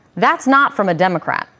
that's not from a democrat.